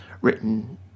written